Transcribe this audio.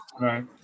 Right